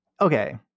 okay